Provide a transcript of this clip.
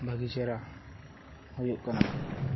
ᱵᱷᱟᱜᱤ ᱪᱮᱦᱮᱨᱟ ᱦᱩᱭᱩᱜ ᱠᱟᱱᱟ